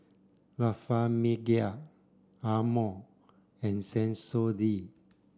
La Famiglia Amore and Sensodyne